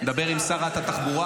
דבר עם שרת התחבורה,